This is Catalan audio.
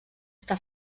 està